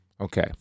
Okay